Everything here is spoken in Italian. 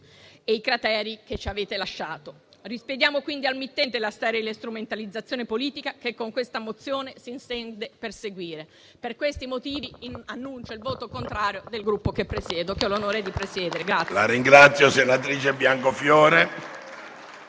e i crateri che ci avete lasciato. Rispediamo, quindi, al mittente la storia della strumentalizzazione politica che con questa mozione si intende perseguire. Per questi motivi, annuncio il voto contrario del Gruppo che ho l'onore di presiedere.